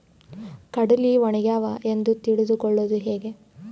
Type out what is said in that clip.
ಕಡಲಿ ಒಣಗ್ಯಾವು ಎಂದು ತಿಳಿದು ಕೊಳ್ಳೋದು ಹೇಗೆ?